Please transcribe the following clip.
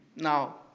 Now